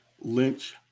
Lynch